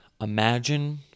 imagine